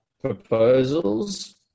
proposals